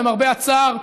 למרבה הצער,